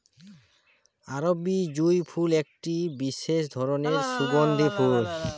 আরবি জুঁই ফুল একটি বিসেস ধরলের সুগন্ধিও ফুল